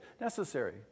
necessary